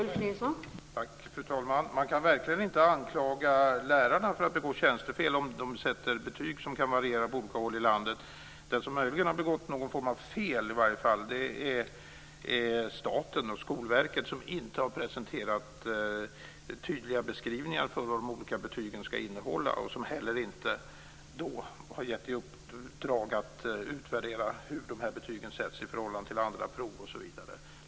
Fru talman! Man kan verkligen inte anklaga lärarna för att begå tjänstefel om de sätter betyg som kan variera på olika håll i landet. De som möjligen har begått någon form av fel är staten och Skolverket, som inte har presenterat tydliga beskrivningar av vad de olika betygen ska innehålla och som inte heller har gett något uppdrag att utvärdera hur betygen sätts i förhållande till andra prov osv.